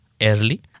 early